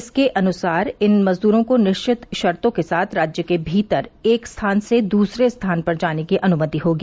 इसके अनुसार इन मजदूरों को निश्चित शर्तों के साथ राज्य के भीतर एक स्थान से दूसरे स्थान पर जाने की अनुमति होगी